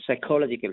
psychological